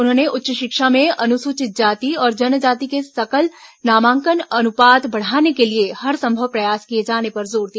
उन्होंने उच्च शिक्षा में अनुसूचित जाति और जनजाति के सकल नामांकन अनुपात बढ़ाने के लिए हरसंभव प्रयास किए जाने पर जोर दिया